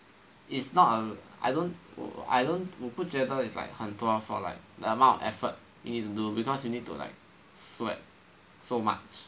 it's not a I don't I don't 不觉得 is like 很多 for like the amount of effort you need to do because you need to like sweat so much